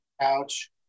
couch